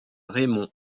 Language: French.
raymond